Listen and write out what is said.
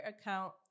account